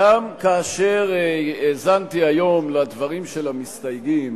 כאשר האזנתי היום לדברים של המסתייגים